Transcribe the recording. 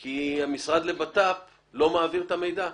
כי המשרד לביטחון פנים לא מעביר את המידע.